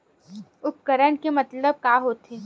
उपकरण के मतलब का होथे?